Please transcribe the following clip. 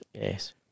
Yes